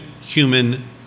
human